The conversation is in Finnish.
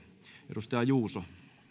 edustaja juuso